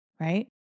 Right